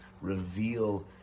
reveal